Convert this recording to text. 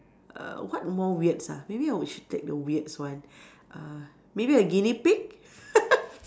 err what more weird ah maybe I would should take the weird ones uh maybe a Guinea pig